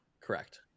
Correct